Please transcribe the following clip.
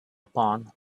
upon